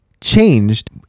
changed